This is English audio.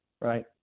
right